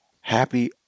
happy